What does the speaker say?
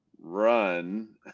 run